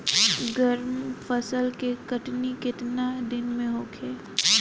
गर्मा फसल के कटनी केतना दिन में होखे?